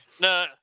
no